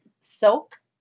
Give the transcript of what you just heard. Silk